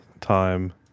time